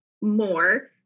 more